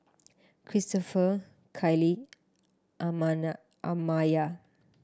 Cristopher Kyleigh Amaya